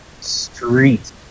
street